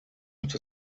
hat